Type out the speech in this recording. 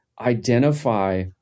identify